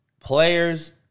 players